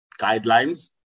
guidelines